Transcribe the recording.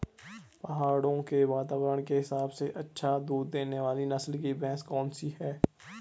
पहाड़ों के वातावरण के हिसाब से अच्छा दूध देने वाली नस्ल की भैंस कौन सी हैं?